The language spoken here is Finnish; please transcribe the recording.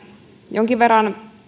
jonkin verran